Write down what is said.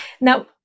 Now